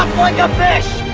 um like a fish.